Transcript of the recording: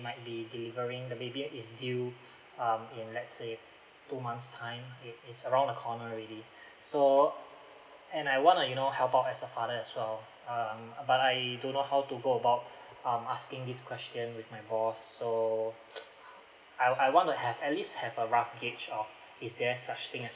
might be delivering the baby is due um in let's say two month's time it is around the corner already so and I wanna you know help out as a father as well um but I don't know how to go about um asking this question with my boss so I I wanna have at least have a rough gauge of is there such thing as